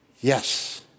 Yes